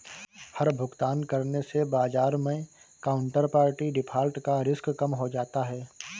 हर भुगतान करने से बाजार मै काउन्टरपार्टी डिफ़ॉल्ट का रिस्क कम हो जाता है